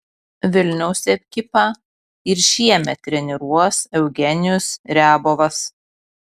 vilniaus ekipą ir šiemet treniruos eugenijus riabovas